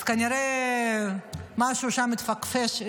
אז כנראה משהו שם התפקשש,